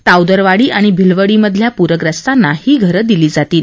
तावदरवाडी आणि भिलवडीमधल्या पुरग्रस्तांना ही घरं दिली जाणार आहेत